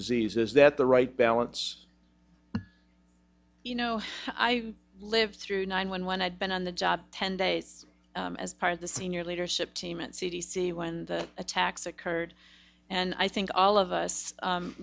diseases that the right balance you know i lived through nine one one i've been on the job ten days as part of the senior leadership team at c d c when the attacks occurred and i think all of us